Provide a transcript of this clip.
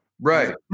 Right